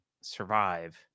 survive